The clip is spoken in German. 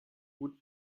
gut